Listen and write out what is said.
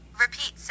Repeat